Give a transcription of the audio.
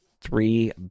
three